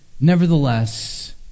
Nevertheless